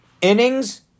innings